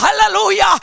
hallelujah